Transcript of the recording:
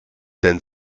denn